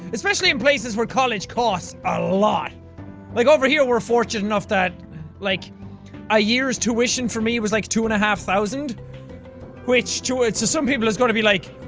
especially in places where college costs alot like over here we're fortunate enough that like a years tuition for me was like two and a half thousand which to some people its going to be like,